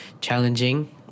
challenging